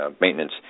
maintenance